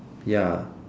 ya